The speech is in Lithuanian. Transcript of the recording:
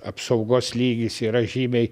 apsaugos lygis yra žymiai